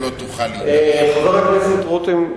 חבר הכנסת רותם,